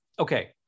Okay